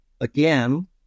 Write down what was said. Again